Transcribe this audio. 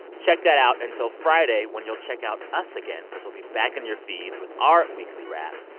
check that out until friday, when you'll check out us again because we'll be back in your feeds with our weekly wrap.